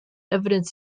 evidence